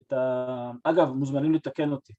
אגב, מוזמנים לתקן אותי.